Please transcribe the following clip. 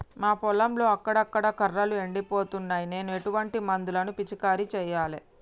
మా పొలంలో అక్కడక్కడ కర్రలు ఎండిపోతున్నాయి నేను ఎటువంటి మందులను పిచికారీ చెయ్యాలే?